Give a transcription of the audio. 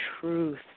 truth